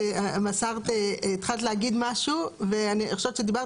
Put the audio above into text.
את התחלת להגיד משהו ואני חושבת שדיברת